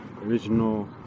original